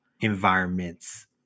environments